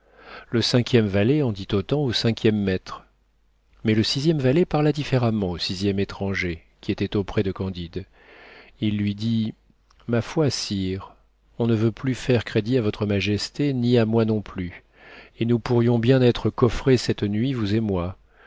le cinquième valet en dit autant au cinquième maître mais le sixième valet parla différemment au sixième étranger qui était auprès de candide il lui dit ma foi sire on ne veut plus faire crédit à votre majesté ni à moi non plus et nous pourrions bien être coffrés cette nuit vous et moi